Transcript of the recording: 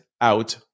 Out